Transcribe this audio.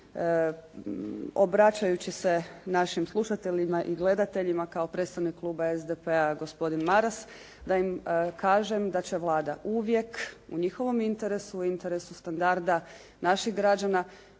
obraćajući se našim slušateljima i gledateljima kao predstavnik kluba SDP-a, gospodin Maras da im kažem da će Vlada uvijek u njihovom interesu i u interesu standarda naših građana